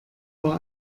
war